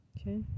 Okay